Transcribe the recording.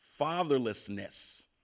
Fatherlessness